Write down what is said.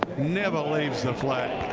never leaves the flag.